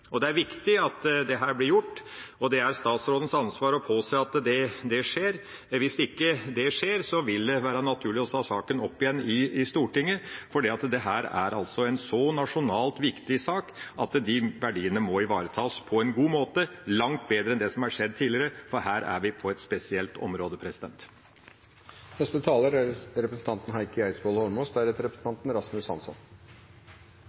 utvendig. Det er viktig at dette blir gjort. Det er statsrådens ansvar å påse at det skjer. Hvis ikke det skjer, vil det være naturlig å ta saken opp igjen i Stortinget, for det er en så viktig nasjonal sak at verdiene blir ivaretatt på en god måte – langt bedre enn det som har vært gjort tidligere – for her er vi på et spesielt område. SV er